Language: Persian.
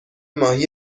ماهی